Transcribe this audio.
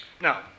Now